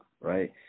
right